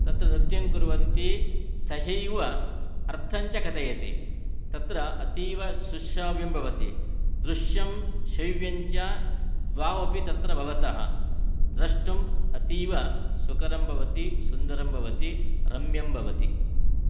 तत्र नृत्यङ्कुर्वन्ति सहैव अर्थञ्च कथयति तत्र अतीवसुश्राव्यं भवति दृश्यं श्रव्यञ्च द्वावपि तत्र भवतः द्रष्टुम् अतीव सुकरं भवति सुन्दरं भवति रम्यं भवति